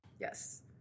Yes